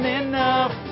enough